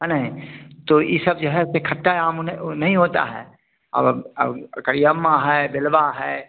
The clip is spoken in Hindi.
है ना तो यह सब जो है सो खट्टा आम नहीं होता है और करियम्मा है बेलवा है